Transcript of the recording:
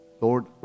Lord